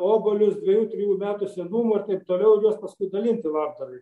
obuolius dviejų trijų metų senumo ir taip toliau ir juos paskui dalinti labdarai